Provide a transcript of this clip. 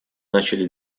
начали